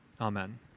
Amen